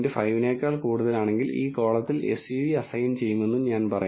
5 നേക്കാൾ കൂടുതലാണെങ്കിൽ ഈ കോളത്തിൽ എസ്യുവി അസൈൻ ചെയ്യുമെന്നും ഞാൻ പറയുന്നു